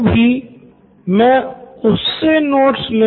professor better learning outcome